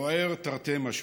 בוער תרתי משמע.